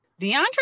DeAndre